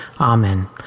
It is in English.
Amen